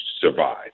survive